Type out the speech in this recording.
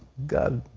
god